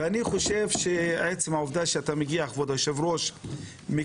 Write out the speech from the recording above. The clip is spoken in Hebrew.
אני חושב שעצם העובדה שאתה מגיע כבוד היושב ראש מקרב